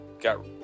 got